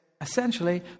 essentially